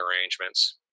arrangements